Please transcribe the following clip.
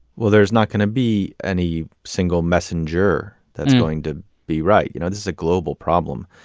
well, there's not going to be any single messenger that's going to be right. you know, this is a global problem.